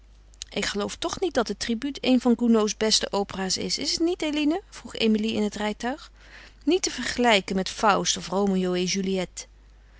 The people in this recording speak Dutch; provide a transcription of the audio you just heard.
ik geloof toch niet dat de tribut een van gounods beste opera's is is het niet eline vroeg emilie in het rijtuig niet te vergelijken met faust of romeo